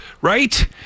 right